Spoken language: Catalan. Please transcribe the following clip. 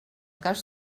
cas